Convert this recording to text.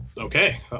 okay